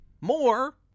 More